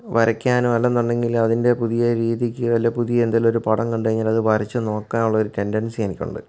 വരയ്ക്കാനോ അല്ലെന്നുണ്ടെങ്കിൽ അതിൻ്റെ പുതിയ രീതിയ്ക്ക് അല്ലെങ്കിൽ പുതിയ എന്തേലും ഒരു പടം കണ്ടുകഴിഞ്ഞാൽ അത് വരച്ചു നോക്കാനുള്ളൊരു ടെൻ്റൻസി എനിക്കുണ്ട്